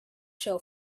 show